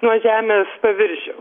nuo žemės paviršiau